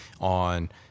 on